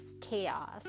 chaos